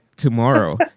tomorrow